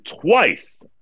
twice